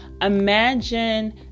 imagine